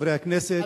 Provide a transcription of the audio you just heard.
חברי הכנסת,